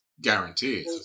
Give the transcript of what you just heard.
guaranteed